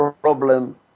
problem